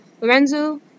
Lorenzo